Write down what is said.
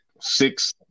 six